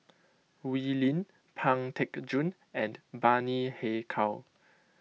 Wee Lin Pang Teck Joon and Bani Haykal